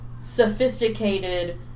sophisticated